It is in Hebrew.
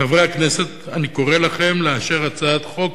חברי הכנסת, אני קורא לכם לאשר הצעת חוק